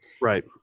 right